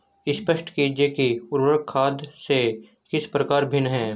स्पष्ट कीजिए कि उर्वरक खाद से किस प्रकार भिन्न है?